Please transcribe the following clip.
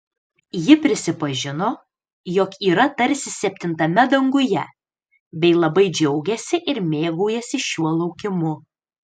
ji prisipažino jog yra tarsi septintame danguje bei labai džiaugiasi ir mėgaujasi šiuo laukimu